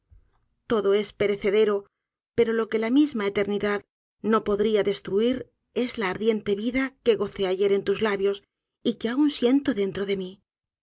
todo es perecedero pero lo que la misma eternidad no podrá destruir es la ardiente vida que gocé ayer en tus labios y que aun siento dentro de mí